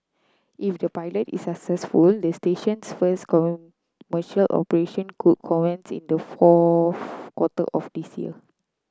if the pilot is successful the station's first commercial operation could commence in the fourth quarter of this year